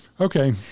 Okay